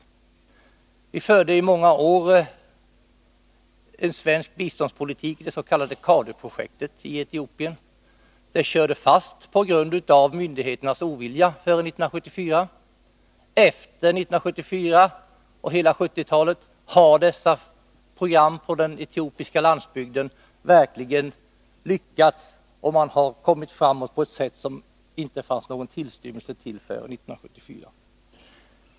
Vi förde i många år en svensk biståndspolitik, det s.k. CADU-ARDU-projektet, i Etiopien. Det körde fast på grund av myndigheternas ovilja före 1974. Därefter, och under hela återstoden av 1970-talet, har dessa program på den etiopiska landsbygden verkligen lyckats, och man har kommit framåt på ett sätt som det inte fanns tillstymmelse till före 1974.